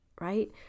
right